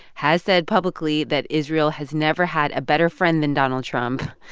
has said publicly that israel has never had a better friend than donald trump.